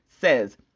says